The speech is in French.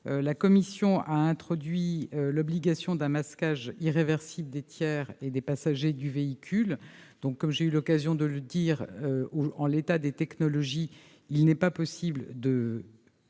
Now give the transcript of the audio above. La commission a introduit l'obligation d'un masquage irréversible des tiers et des passagers du véhicule. Comme j'ai eu l'occasion de le dire, en l'état des technologies, il n'est pas possible de